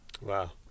Wow